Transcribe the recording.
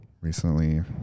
recently